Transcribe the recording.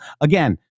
Again